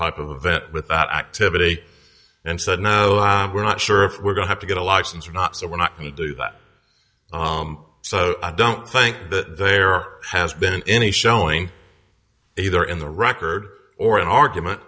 type of event with that activity and said no we're not sure if we're going have to get a license or not so we're not going to do that so i don't think that there has been any showing either in the record or an argument